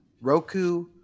Roku